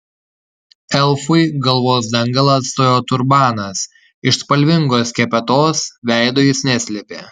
elfui galvos dangalą atstojo turbanas iš spalvingos skepetos veido jis neslėpė